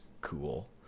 cool